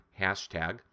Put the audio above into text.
Hashtag